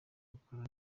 gukora